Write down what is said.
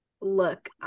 Look